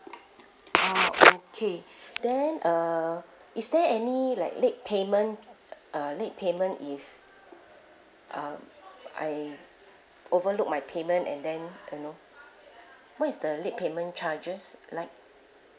oh okay then err is there any like late payment uh late payment if uh I overlook my payment and then you know what is the late payment charges like